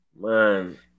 man